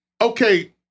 Okay